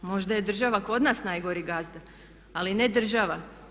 Možda je država kod nas najgori gazda, ali ne država.